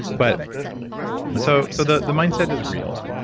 but so, so the the mindset is real.